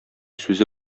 сүзе